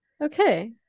Okay